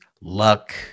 luck